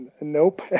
Nope